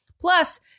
Plus